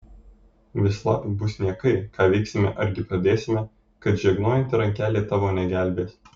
vislab bus niekai ką veiksime argi pradėsime kad žegnojanti rankelė tavo negelbės